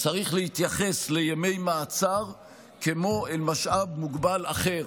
צריך להתייחס לימי מעצר כמו אל משאב מוגבל אחר.